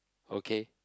okay